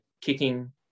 kicking